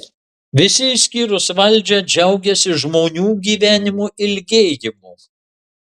visi išskyrus valdžią džiaugiasi žmonių gyvenimo ilgėjimu